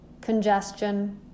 congestion